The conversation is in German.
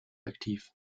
aktiv